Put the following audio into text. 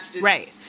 right